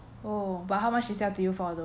oh but how much she sell to you for though